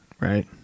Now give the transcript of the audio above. right